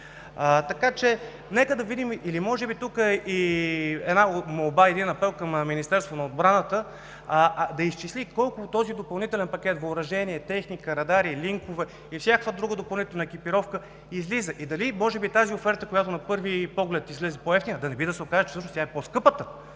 Така че нека да видим, или може би тук една молба и един апел към Министерството на отбраната: да изчисли колко от този допълнителен пакет въоръжение, техника, радари, линкове и всякаква друга допълнителна екипировка излиза и дали може би тази оферта, която на пръв поглед излезе по-евтина, да не се окаже, че всъщност тя е по-скъпата